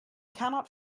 cannot